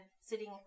sitting